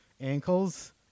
ankles